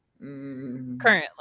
currently